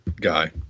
guy